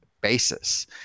basis